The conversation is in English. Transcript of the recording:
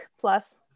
plus